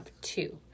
two